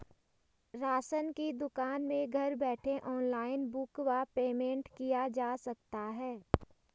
Ration की दुकान में घर बैठे ऑनलाइन बुक व पेमेंट किया जा सकता है?